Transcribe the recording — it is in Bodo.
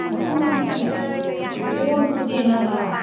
मा खालामनांगौ मिथिबाय अनखौबो देनानै ला